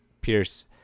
pierce